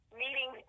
meeting